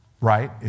right